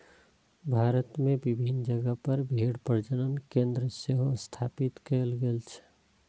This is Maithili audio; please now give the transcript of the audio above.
भारत मे विभिन्न जगह पर भेड़ प्रजनन केंद्र सेहो स्थापित कैल गेल छै